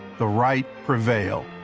the right prevail.